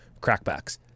crackbacks